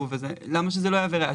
לא תהווה ראיה?